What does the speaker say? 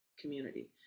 community